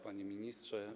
Panie Ministrze!